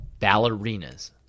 ballerinas